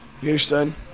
Houston